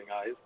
eyes